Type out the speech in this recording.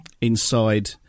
inside